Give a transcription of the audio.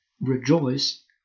rejoice